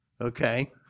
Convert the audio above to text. Okay